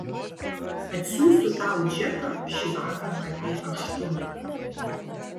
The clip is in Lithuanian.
atsiųsiu tau džeką šįvakar apie aštuntą